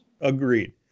Agreed